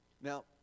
Now